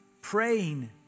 praying